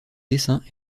dessins